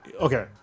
Okay